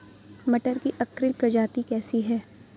मटर की अर्किल प्रजाति कैसी है?